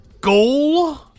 goal